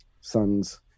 Son's